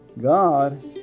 God